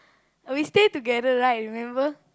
oh we stay together right remember